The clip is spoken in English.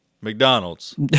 McDonald's